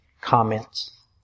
comments